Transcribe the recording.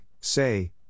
say